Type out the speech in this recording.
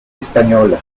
española